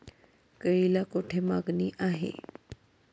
केळीला कोठे मागणी आहे?